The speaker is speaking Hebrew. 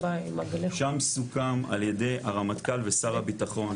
שם סוכם ע"י הרמטכ"ל ושר הביטחון,